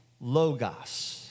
Logos